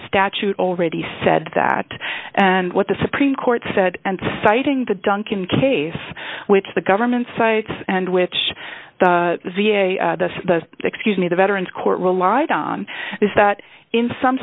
statute already said that and what the supreme court said and citing the duncan case which the government sites and which the v a the excuse me the veterans court relied on is that in some